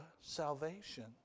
salvation